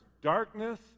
darkness